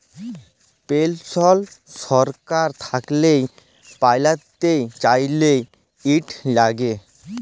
পেলসল ছরকার থ্যাইকে প্যাইতে চাইলে, ইট ল্যাগে